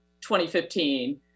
2015